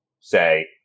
say